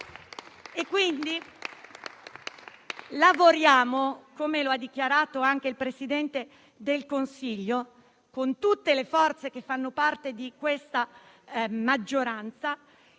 Quindi lavoriamo - come ha dichiarato anche il Presidente del Consiglio - con tutte le forze che fanno parte della maggioranza,